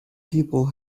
people